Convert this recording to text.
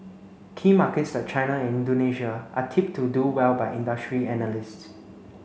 key markets like China and Indonesia are tipped to do well by industry analysts